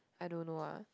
I don't know ah